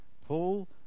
Paul